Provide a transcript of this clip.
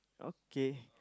okay